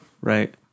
Right